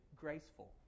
graceful